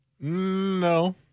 No